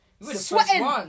sweating